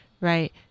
right